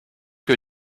que